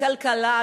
כלכלה,